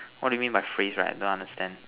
what do you mean by phrase right don't understand